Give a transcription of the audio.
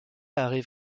arrive